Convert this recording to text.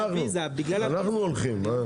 רק אנחנו, אנחנו הולכים.